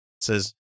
Says